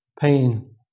pain